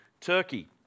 Turkey